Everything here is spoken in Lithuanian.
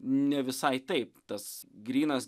ne visai taip tas grynas